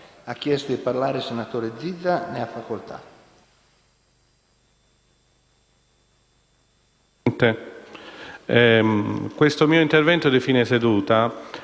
Grazie,